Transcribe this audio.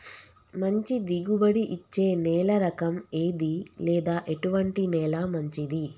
మంచి దిగుబడి ఇచ్చే నేల రకం ఏది లేదా ఎటువంటి నేల మంచిది?